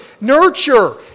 nurture